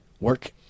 work